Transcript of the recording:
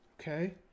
okay